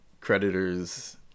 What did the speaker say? creditors